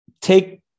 take